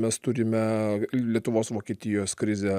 mes turime lietuvos vokietijos krizę